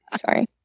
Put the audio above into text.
Sorry